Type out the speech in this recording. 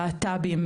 להט"בים,